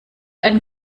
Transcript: einen